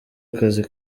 akazi